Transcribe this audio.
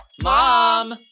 Mom